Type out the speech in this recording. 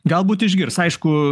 galbūt išgirs aišku